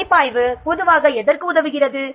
மதிப்பாய்வு பொதுவாக எதற்கு உதவுகிறது